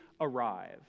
arrive